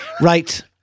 right